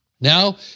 Now